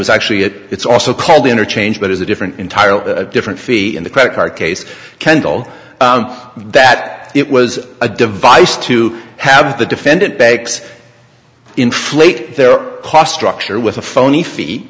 was actually it it's also called interchange but it's a different entirely different fee in the credit card case kendall that it was a device to have the defendant bakes inflate their cost structure with a phony fe